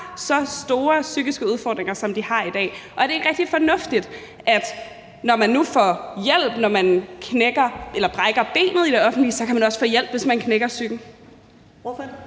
så store psykiske udfordringer, som de har i dag. Og er det ikke rigtig fornuftigt, at man, når man nu får hjælp af det offentlige, når man brækker benet, så også kan få hjælp, hvis man knækker psyken?